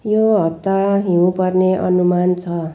यो हप्ता हिउँ पर्ने अनुमान छ